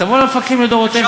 תבוא למפקחים לדורותיהם,